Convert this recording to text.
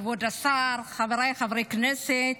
כבוד השר, חבריי חברי הכנסת,